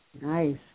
Nice